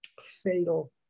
fatal